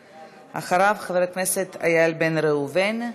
אחריו, חבר הכנסת איל בן ראובן.